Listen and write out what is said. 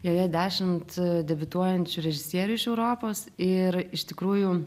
joje dešimt debiutuojančių režisierių iš europos ir iš tikrųjų